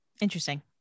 Interesting